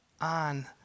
on